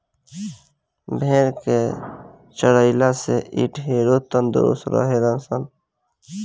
भेड़ के चरइला से इ ढेरे तंदुरुस्त रहे ले सन